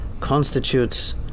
constitutes